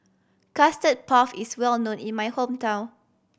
Custard Puff is well known in my hometown